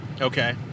Okay